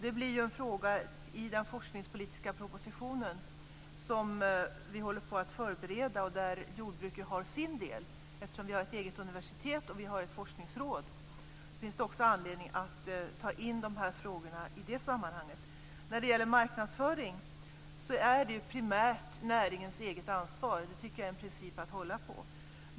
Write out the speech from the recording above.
Det blir en fråga i den forskningspolitiska proposition som vi håller på att förbereda, och där jordbruket har sin del. Eftersom vi har ett eget universitet och ett forskningsråd finns det också anledning att ta in de här frågorna i det sammanhanget. När det gäller marknadsföring är det primärt näringens eget ansvar. Det tycker jag är en princip att hålla på.